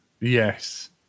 Yes